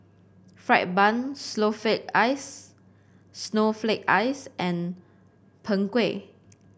fried bun Snowflake Ice Snowflake Ice and Png Kueh